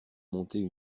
monter